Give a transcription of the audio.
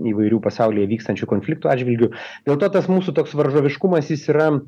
įvairių pasaulyje vykstančių konfliktų atžvilgiu dėl to tas mūsų toks varžoviškumas jis yra